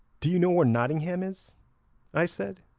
do you know where nottingham is i said,